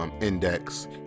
Index